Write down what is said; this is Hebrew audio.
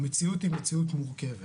המציאות היא מציאות מורכבת.